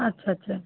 আচ্ছা আচ্ছা